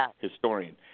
historian